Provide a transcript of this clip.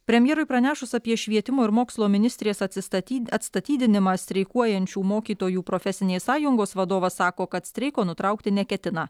premjerui pranešus apie švietimo ir mokslo ministrės atsistaty atstatydinimą streikuojančių mokytojų profesinės sąjungos vadovas sako kad streiko nutraukti neketina